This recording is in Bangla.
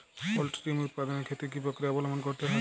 পোল্ট্রি ডিম উৎপাদনের ক্ষেত্রে কি পক্রিয়া অবলম্বন করতে হয়?